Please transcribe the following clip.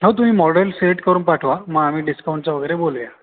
हो तुम्ही model select करून पाठवा मग आम्ही डिस्कॉउंटचं वगैरे बोलूया